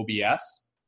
OBS